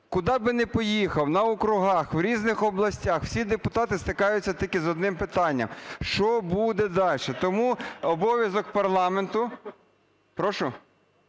Куди би не поїхав: на округах, в різних областях всі депутати стикаються тільки з одним питанням – що буде дальше? Тому обов'язок парламенту… Прошу?